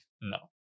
No